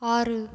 ஆறு